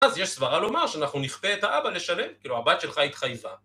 אז יש סברה לומר שאנחנו נכפה את האבא לשלם, כאילו הבת שלך התחייבה.